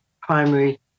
primary